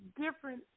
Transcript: different